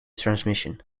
transmission